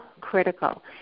critical